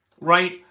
right